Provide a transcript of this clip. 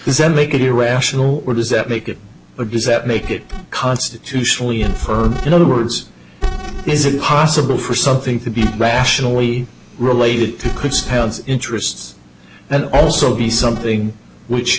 does that make it irrational or does that make it or does that make it constitutionally infirm in other words is it possible for something to be rationally related could spell its interests and also be something which